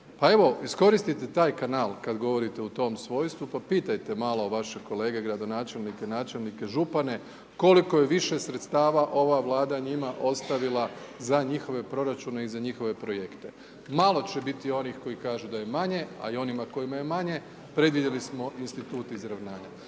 pa evo iskoristite taj kanal kad govorite u tom svojstvu pa pitajte malo vaše kolege gradonačelnike, načelnike, župane, koliko je više sredstava ova Vlada njima ostavila za njihove proračune i za njihove projekte. Malo će biti onih koji kažu da je manje, a i onima kojima je manje, predvidjeli smo institut izravnanja.